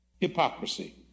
Hypocrisy